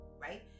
right